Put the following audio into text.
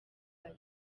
aya